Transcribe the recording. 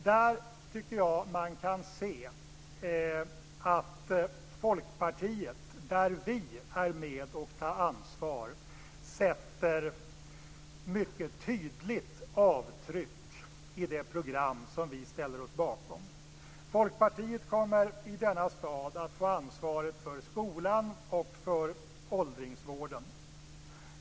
Där tycker jag att man kan se att vi i Folkpartiet där vi är med och tar ansvar sätter ett mycket tydligt avtryck i det program som vi ställer oss bakom. Folkpartiet kommer i denna stad att få ansvaret för skolan och för åldringsvården.